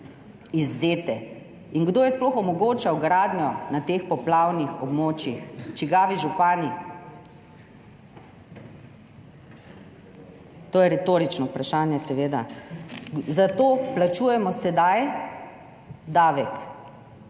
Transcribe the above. občine. In kdo je sploh omogočal gradnjo na teh poplavnih območjih? Čigavi župani? To je retorično vprašanje, seveda. Zato plačujemo sedaj davek,